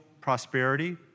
prosperity